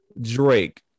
Drake